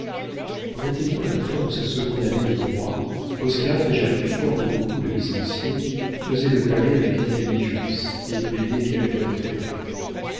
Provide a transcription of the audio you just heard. en atteignant à la fin de sa seconde année de droit oscar déjà plus fort que beaucoup de licenciés faisait le palais avec intelligence et plaidait quelques